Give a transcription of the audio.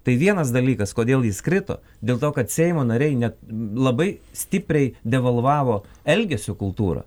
tai vienas dalykas kodėl jis krito dėl to kad seimo nariai ne labai stipriai devalvavo elgesio kultūrą